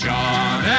John